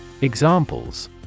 Examples